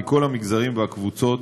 מכל המגזרים והקבוצות,